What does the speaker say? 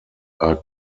are